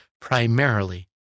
primarily